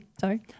sorry